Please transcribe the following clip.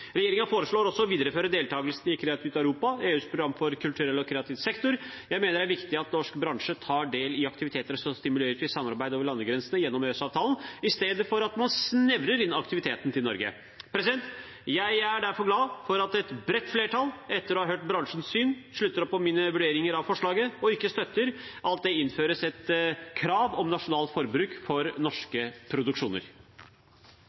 foreslår også å videreføre deltakelsen i Kreativt Europa, EUs program for kulturell og kreativ sektor. Jeg mener det er viktig at norsk bransje tar del i aktiviteter som stimulerer til samarbeid over landegrensene gjennom EØS-avtalen, i stedet for at man snevrer inn aktiviteten til Norge. Jeg er derfor glad for at et bredt flertall, etter å ha hørt bransjens syn, slutter opp om mine vurderinger av forslaget og ikke støtter at det innføres et krav om nasjonalt forbruk for